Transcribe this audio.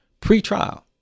pre-trial